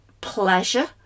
pleasure